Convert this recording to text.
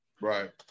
Right